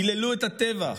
היללו את הטבח,